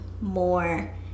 more